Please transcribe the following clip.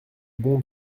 bon